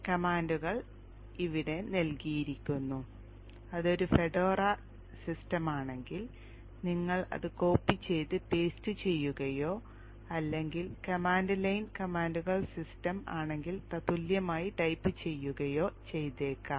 കമാൻഡുകൾ ഇവിടെ നൽകിയിരിക്കുന്നു അതൊരു ഫെഡോറ സിസ്റ്റമാണെങ്കിൽ നിങ്ങൾ അത് കോപ്പി ചെയ്ത് പേസ്റ്റ് ചെയ്യുകയോ അല്ലെങ്കിൽ കമാൻഡ് ലൈൻ കമാൻഡുകൾ സിസ്റ്റം ആണെങ്കിൽ തത്തുല്യമായി ടൈപ്പ് ചെയ്യുകയോ ചെയ്തേക്കാം